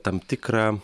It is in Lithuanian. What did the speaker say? tam tikrą